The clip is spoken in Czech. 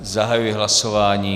Zahajuji hlasování.